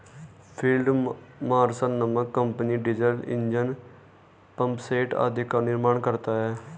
field Marshal नामक company diesel engine, pump set आदि का निर्माण करता है